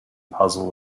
puzzle